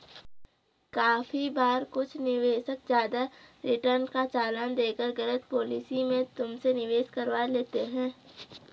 काफी बार कुछ निवेशक ज्यादा रिटर्न का लालच देकर गलत पॉलिसी में तुमसे निवेश करवा लेते हैं